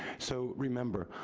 so remember,